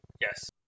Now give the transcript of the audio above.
Yes